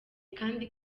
kandi